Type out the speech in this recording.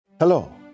Hello